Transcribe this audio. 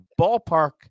ballpark